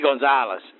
Gonzalez